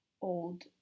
old